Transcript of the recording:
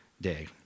day